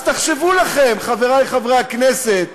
אז תחשבו לכם, חברי חברי הכנסת,